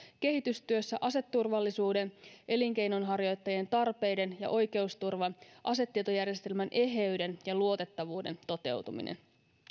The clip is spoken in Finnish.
kehitystyössä aseturvallisuuden elinkeinonharjoittajien tarpeiden ja oikeusturvan sekä asetietojärjestelmän eheyden ja luotettavuuden toteutuminen